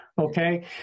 Okay